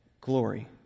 glory